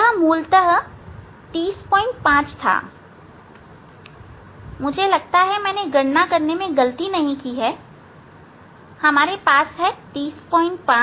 यह मूलतः 305 था मुझे लगता है मैंने गणना करने में गलती नहीं की है हमारे पास है 305 हां